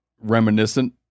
reminiscent